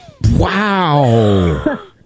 Wow